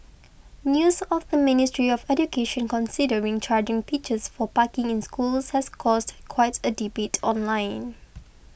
news of the Ministry of Education considering charging teachers for parking in schools has caused quite a debate online